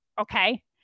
okay